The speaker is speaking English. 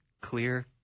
clear